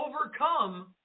overcome